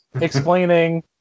explaining